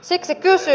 siksi kysyn